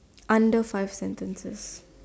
under five sentences